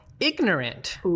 ignorant